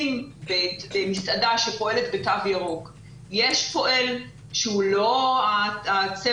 אם במסעדה שפועלת בתו ירוק יש פועל שהוא לא הצוות